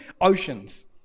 Oceans